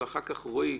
ואחר כך רועי,